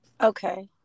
Okay